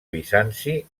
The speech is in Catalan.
bizanci